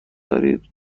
دارید